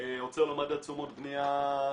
עוצר לו מדד תשומות בנייה?